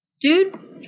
Dude